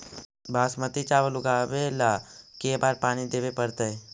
बासमती चावल उगावेला के बार पानी देवे पड़तै?